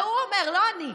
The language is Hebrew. זה הוא אומר, לא אני.